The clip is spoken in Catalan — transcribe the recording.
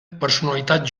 personalitat